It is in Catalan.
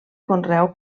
conreu